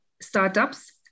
startups